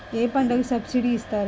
ఏ పంటకు సబ్సిడీ ఇస్తారు?